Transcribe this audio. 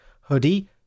hoodie